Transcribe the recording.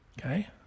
Okay